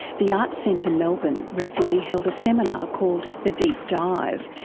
the arts centre melbourne recently held a seminar called the deep dive,